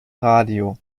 radio